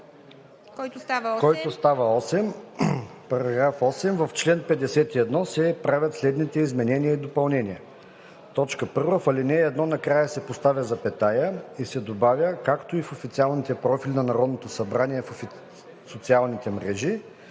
който става § 8: „§ 8. В чл. 51 се правят следните изменения и допълнения: 1. В ал. 1 накрая се поставя запетая и се добавя „както и в официалните профили на Народното събрание в социалните мрежи“.